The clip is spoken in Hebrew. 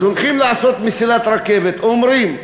הולכים לעשות מסילת רכבת, אומרים.